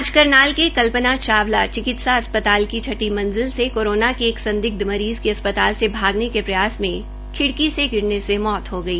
आज करनाल के कल्पना चावला चिक्तिसा अस्पताल की छठी मंजिल से कोरोना के रि संदिग्ध मरीज़ की अस्पताल से भागने के प्रयास में खिड़की से गिरने से मौत हो गई